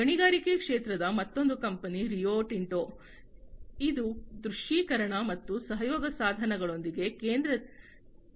ಗಣಿಗಾರಿಕೆ ಕ್ಷೇತ್ರದ ಮತ್ತೊಂದು ಕಂಪನಿ ರಿಯೊ ಟಿಂಟೊ ಇದು ದೃಶ್ಯೀಕರಣ ಮತ್ತು ಸಹಯೋಗ ಸಾಧನಗಳೊಂದಿಗೆ ಕೇಂದ್ರ ನಿಯಂತ್ರಣ ಸೌಲಭ್ಯವನ್ನು ಹೊಂದಿದೆ